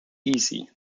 easy